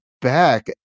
back